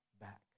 back